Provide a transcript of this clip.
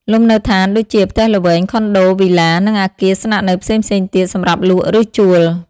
លំនៅឋាន ដូចជា ផ្ទះល្វែង ខុនដូ វីឡា និងអគារស្នាក់នៅផ្សេងៗទៀត សម្រាប់លក់ ឬជួល។